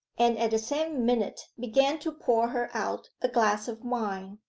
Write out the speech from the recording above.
and at the same minute began to pour her out a glass of wine.